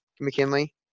McKinley